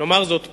נאמר זאת פעם,